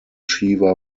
shiva